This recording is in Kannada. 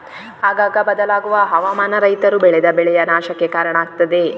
ಆಗಾಗ ಬದಲಾಗುವ ಹವಾಮಾನ ರೈತರು ಬೆಳೆದ ಬೆಳೆಯ ನಾಶಕ್ಕೆ ಕಾರಣ ಆಗ್ತದೆ